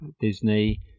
Disney